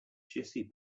jessie